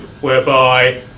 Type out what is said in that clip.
whereby